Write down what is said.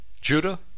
Judah